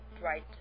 right